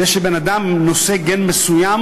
זה שבן-אדם נושא גן מסוים,